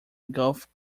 golf